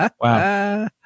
Wow